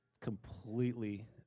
completely